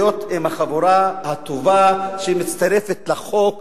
להיות עם החבורה הטובה שמצטרפת לחוק הנאור.